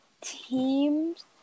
teams